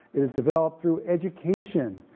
it is developed through education,